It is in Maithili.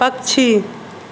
पक्षी